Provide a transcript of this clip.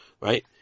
right